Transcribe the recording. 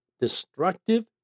destructive